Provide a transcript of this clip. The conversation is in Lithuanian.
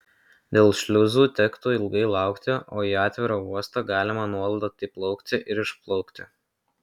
dėl šliuzų tektų ilgai laukti o į atvirą uostą galima nuolat įplaukti ir išplaukti